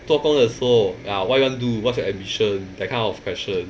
做工的时候 ya what you want to do what's your ambition that kind of question